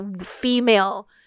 female